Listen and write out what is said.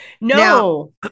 No